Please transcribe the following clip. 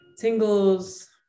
Tingles